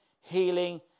healing